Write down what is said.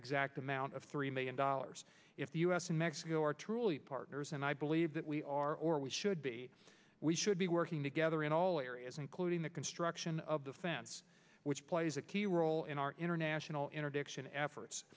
exact amount of three million dollars if the u s and mexico are truly partners and i believe that we are or we should be we should be working together in all areas including the construction of the fence which plays a key role in our international interdiction efforts